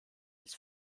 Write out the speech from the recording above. als